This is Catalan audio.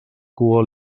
cua